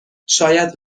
شاید